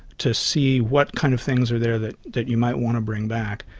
to see what kind of things are there that that you might want to bring back.